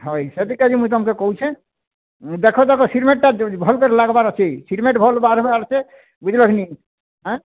ହଇ ସେଥିଲାଜି ତମ୍କେ କହୁଛେଁ ଦେଖଦେଖ ସିମେଣ୍ଟ ଭଲ୍ ଯୋଡ଼ି ଲାଗ୍ବାର ଅଛି ସିମେଣ୍ଟ ଭଲ ବାହାରିଲେ ବୁଝ୍ଲ କି ନାଇଁ ଆଁ